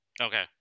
Okay